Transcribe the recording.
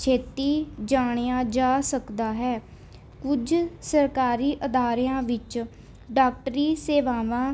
ਛੇਤੀ ਜਾਣਿਆ ਜਾ ਸਕਦਾ ਹੈ ਕੁਝ ਸਰਕਾਰੀ ਅਦਾਰਿਆਂ ਵਿੱਚ ਡਾਕਟਰੀ ਸੇਵਾਵਾਂ